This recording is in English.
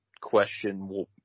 question